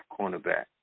cornerback